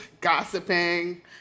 gossiping